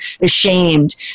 ashamed